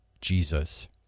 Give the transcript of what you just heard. Jesus